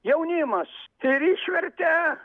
jaunimas ir išvertė